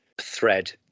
thread